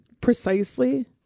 precisely